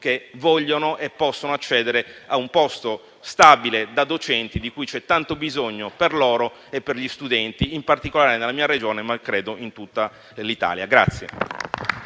che vogliono e possono accedere a un posto stabile da docente, di cui c'è tanto bisogno per loro e per gli studenti, in particolare nella mia Regione, ma credo in tutta l'Italia.